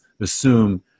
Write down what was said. assume